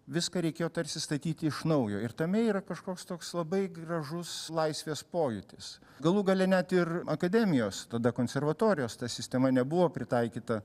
viską reikėjo tarsi statyti iš naujo ir tame yra kažkoks toks labai gražus laisvės pojūtis galų gale net ir akademijos tada konservatorijos ta sistema nebuvo pritaikyta